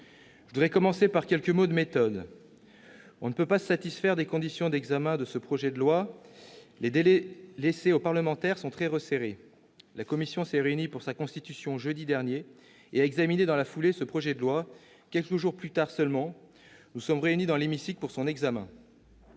je voudrais commencer par quelques mots de méthode. On ne peut pas se satisfaire des conditions d'examen de ce projet de loi. Les délais laissés aux parlementaires sont très resserrés. La commission s'est réunie pour sa constitution jeudi dernier et a examiné dans la foulée ce projet de loi. Quelques jours plus tard seulement, nous sommes réunis dans l'hémicycle pour son examen.